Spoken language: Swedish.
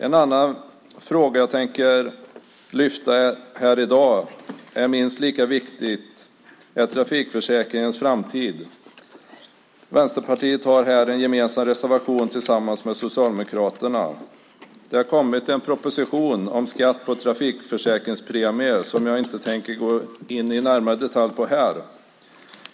En annan fråga jag tänker lyfta fram här i dag och som är minst lika viktig är trafikförsäkringens framtid. Vänsterpartiet har här en gemensam reservation med Socialdemokraterna. Det har kommit en proposition om skatt på trafikförsäkringspremier som jag inte tänker gå närmare in på i detalj.